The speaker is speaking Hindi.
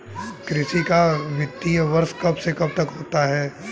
कृषि का वित्तीय वर्ष कब से कब तक होता है?